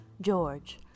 George